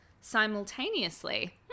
simultaneously